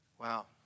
Wow